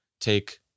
take